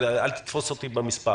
אל תתפוס אותי במספר